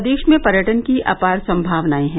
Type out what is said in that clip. प्रदेश में पर्यटन की अपार सम्भावनायें हैं